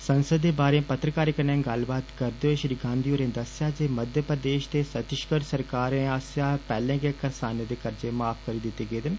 संसद दे बाहरे पत्रकारे कन्नै गल्लबात करदे होई श्री गांधी होरे दस्सेआ जे मध्यप्रदेष ते छत्तीसगढ़ सरकार आस्सेआ पैहले गै करसानें दे कर्ज माफ करी दिते न